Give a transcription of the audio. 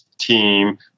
team